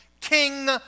King